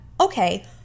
okay